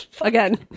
Again